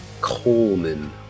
coleman